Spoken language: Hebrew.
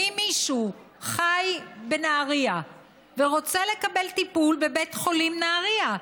ואם מישהו חי בנהריה ורוצה לקבל טיפול בבית חולים נהריה,